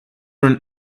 run